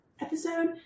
episode